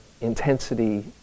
intensity